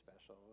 special